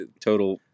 total